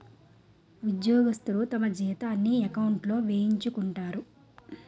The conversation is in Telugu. ఉద్యోగస్తులు తమ జీతాన్ని ఎకౌంట్లో వేయించుకుంటారు